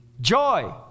Joy